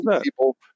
people